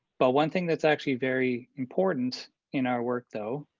but one thing that's actually very important in our work though,